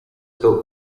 built